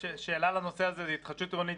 שאלה לנושא הזה: התחדשות עירונית,